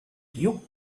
you